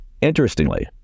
Interestingly